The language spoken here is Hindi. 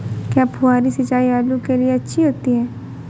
क्या फुहारी सिंचाई आलू के लिए अच्छी होती है?